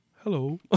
hello